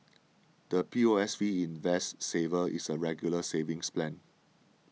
the P O S B Invest Saver is a Regular Savings Plan